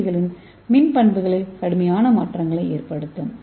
D களின் மின் பண்புகளில் கடுமையான மாற்றங்களை ஏற்படுத்தும்